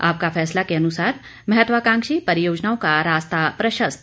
आपका फैसला के अनुसार महत्वाकांक्षी परियोजनाओं का रास्ता प्रशस्त